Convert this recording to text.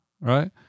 right